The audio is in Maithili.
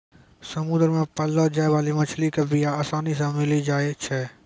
समुद्र मे पाललो जाय बाली मछली के बीया आसानी से मिली जाई छै